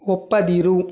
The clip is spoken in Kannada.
ಒಪ್ಪದಿರು